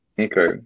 Okay